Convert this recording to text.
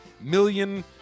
million